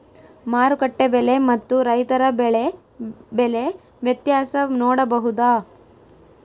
ಮಾರುಕಟ್ಟೆ ಬೆಲೆ ಮತ್ತು ರೈತರ ಬೆಳೆ ಬೆಲೆ ವ್ಯತ್ಯಾಸ ನೋಡಬಹುದಾ?